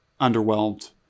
underwhelmed